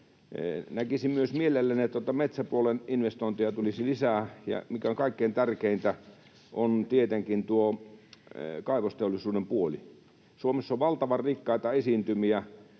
Näkisin myös mielelläni, että metsäpuolen investointeja tulisi lisää, ja mikä on kaikkein tärkeintä, on tietenkin tuo kaivosteollisuuden puoli. Suomessa on valtavan rikkaita esiintymiä,